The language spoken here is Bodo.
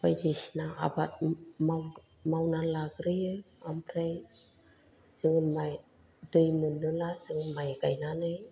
बायदिसिना आबाद मावनानै लाग्रोयो आमफ्राय जोङो माइ दै मोनोला जों माइ गायनानै